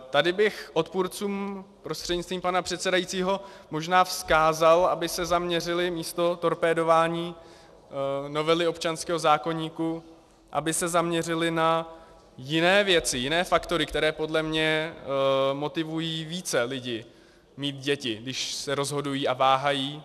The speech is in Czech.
Tady bych odpůrcům prostřednictvím pana předsedajícího možná vzkázal, aby se zaměřili místo torpédování novely občanského zákoníku, aby se zaměřili na jiné věci, jiné faktory, které podle mě motivují více lidi mít děti, když se rozhodují a váhají.